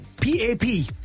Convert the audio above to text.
P-A-P